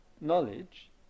knowledge